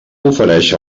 ofereix